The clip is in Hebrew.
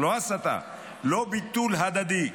לא הסתה, לא ביטול הדדי,